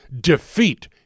defeat